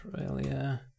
Australia